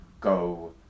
go